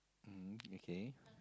mm okay